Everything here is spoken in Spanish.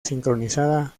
sincronizada